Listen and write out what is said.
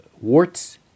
warts